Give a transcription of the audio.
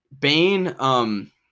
Bane